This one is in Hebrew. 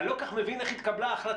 אני לא כל כך מבין איך התקבלה ההחלטה,